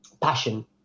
passion